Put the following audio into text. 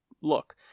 look